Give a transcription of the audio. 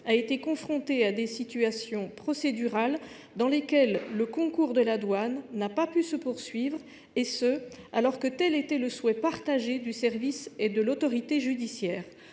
a été confrontée à des situations procédurales dans lesquelles le concours de la douane n’a pu se poursuivre, alors que tel était le souhait partagé du service et de l’autorité judiciaire.